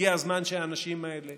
הגיע הזמן שהאנשים האלה